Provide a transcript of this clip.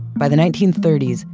by the nineteen thirty s,